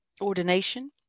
ordination